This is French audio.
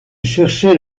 cherchaient